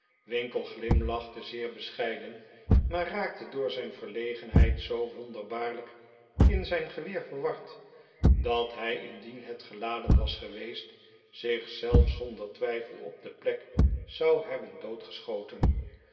winkle glimlachte zeer bescheiden maar raakte door zijn verlegenheid zoo wonderbaarlijk in zijn geweer verward dat hij indien het geladen was geweest zich zelf zonder twijfel op de plek zou hebben doodgeschoten